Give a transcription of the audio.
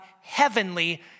heavenly